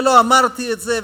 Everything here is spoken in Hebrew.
ולא אמרתי את זה,